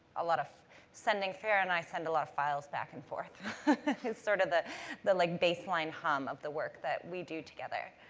a lot of sending. farrah and i send a lot of files back and forth. it's sort of like the like baseline hum of the work that we do together.